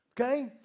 okay